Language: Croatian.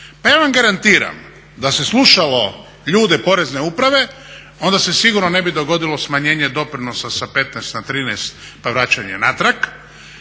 Pa ja vam garantiram da se slušalo ljude Porezne uprave, onda se sigurno ne bi dogodilo smanjenje doprinosa sa 15 na 13 pa vraćanje natrag